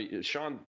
Sean